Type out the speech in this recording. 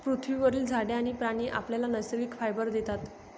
पृथ्वीवरील झाडे आणि प्राणी आपल्याला नैसर्गिक फायबर देतात